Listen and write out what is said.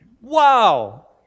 Wow